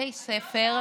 מבתי ספר,